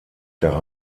der